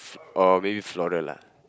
or maybe floral lah